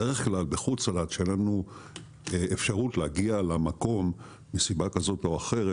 בדרך כלל בחוץ לארץ כאשר אין לנו אפשרות להגיע למקום מסיבה כזו או אחרת,